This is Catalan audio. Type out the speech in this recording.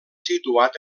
situat